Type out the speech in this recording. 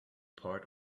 part